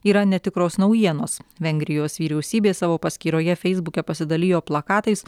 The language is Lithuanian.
yra netikros naujienos vengrijos vyriausybė savo paskyroje feisbuke pasidalijo plakatais